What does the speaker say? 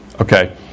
Okay